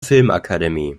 filmakademie